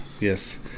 Yes